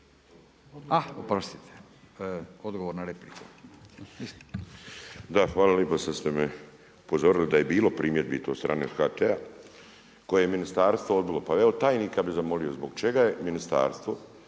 a oprostite, odgovor na repliku. **Bulj, Miro (MOST)** Hvala lijepo što ste me upozorili da je bilo primjedbi i to od strane HT-a, koje je ministarstvo odbilo. Pa evo tajnika bi zamolio, zbog čega je ministarstvo